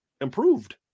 improved